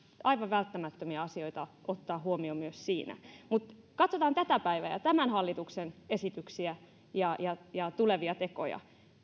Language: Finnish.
aivan välttämättömiä asioita ottaa huomioon myös siinä mutta katsotaan tätä päivää ja tämän hallituksen esityksiä ja ja tulevia tekoja